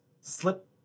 slip